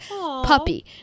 puppy